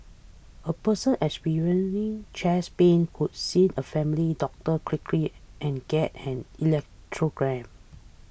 a person experiencing chest pain would see a family doctor quickly and get an electoral gram